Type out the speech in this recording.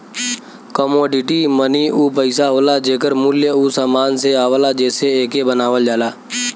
commodity money उ पइसा होला जेकर मूल्य उ समान से आवला जेसे एके बनावल जाला